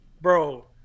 bro